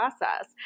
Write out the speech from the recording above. process